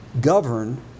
Govern